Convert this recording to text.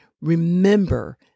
remember